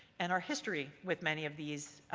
and our history with many of these